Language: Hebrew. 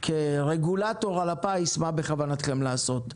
כרגולטור על הפיס מה בכוונתכם לעשות?